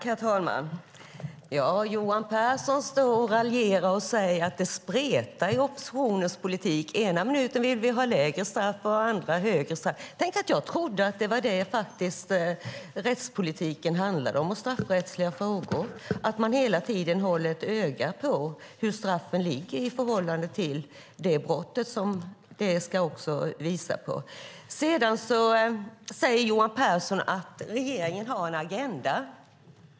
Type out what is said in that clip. Herr talman! Johan Pehrson står här och raljerar och säger att oppositionens politik spretar - ena minuten vill vi ha lägre straff, andra vill vi ha högre straff. Jag trodde faktiskt att rättspolitiken och de straffrättsliga frågorna handlade om att man hela tiden ska hålla ett öga på hur straffen ligger i förhållande till begångna brott. Johan Pehrson säger att regeringen har en agenda.